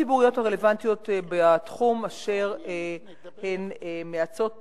במועצות הציבוריות הרלוונטיות בתחום אשר הן מייעצות